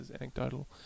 anecdotal